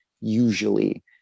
usually